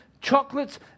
chocolates